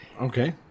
Okay